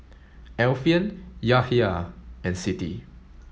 Alfian Yahya and Siti